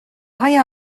های